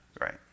Right